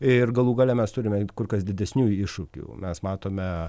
ir galų gale mes turime kur kas didesnių iššūkių mes matome